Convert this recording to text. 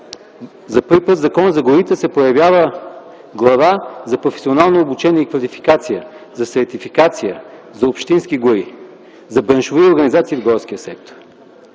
За първи път в Закона за горите се появява глава за професионално обучение и квалификация, за сертификация на общински гори, на браншови организации в горския сектор.